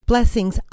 Blessings